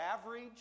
average